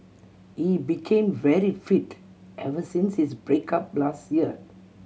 he became very fit ever since his break up last year